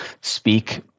speak